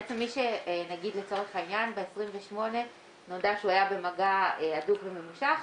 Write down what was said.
בעצם מי שנגיד לצורך העניין ב-28 נודע שהוא היה במגע הדוק וממושך,